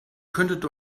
könntet